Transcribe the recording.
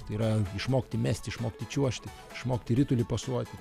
tai yra išmokti mesti išmokti čiuožti išmokti ritulį pasuoti